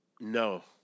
No